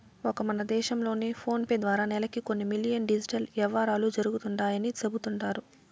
ఒక్క మన దేశం లోనే ఫోనేపే ద్వారా నెలకి కొన్ని మిలియన్ డిజిటల్ యవ్వారాలు జరుగుతండాయని సెబుతండారు